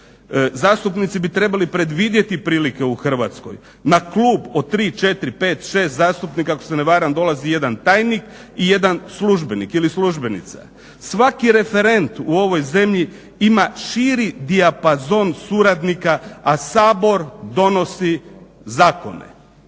Zastupnici bi trebali predvidjeti prilike u Hrvatskoj. Na klub od 3,4,5,6 zastupnika ako se ne varam dolazi jedan tajnik i jedan službenik ili službenica. Svaki referent u ovoj zemlji ima širi dijapazon suradnika, a Sabor donosi zakone.